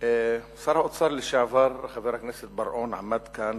שר האוצר לשעבר חבר הכנסת בר-און עמד כאן